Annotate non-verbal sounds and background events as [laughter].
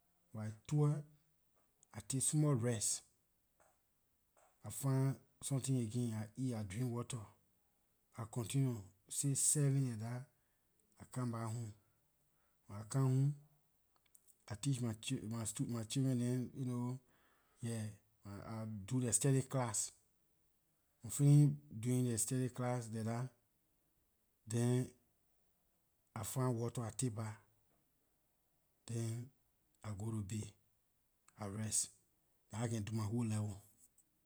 By twelve I take small rest I find something again I eat I drink water I continue six seven like dah I come back home when I come home I teach my chil [hesitation] my stu [hesitation] my children neh [hesitation] yeah, I do their study class I fini doing their study class like dah then I find water I take bah then I go to bed I rest dah how I can do my whole level